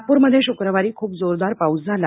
नागपूरमध्ये शुक्रवारी खूप जोरदार पाऊस झाला